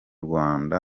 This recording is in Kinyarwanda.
rwanda